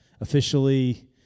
officially